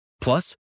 Plus